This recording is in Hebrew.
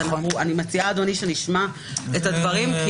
אני מציעה שנשמע את הדברים.